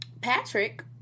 Patrick